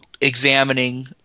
examining